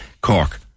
Cork